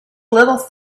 little